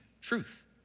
truth